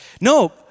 No